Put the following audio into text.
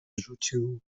rzucił